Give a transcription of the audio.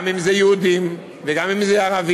גם אם זה יהודים וגם אם זה ערבים,